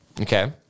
Okay